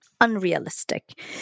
unrealistic